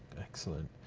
excellent.